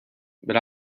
but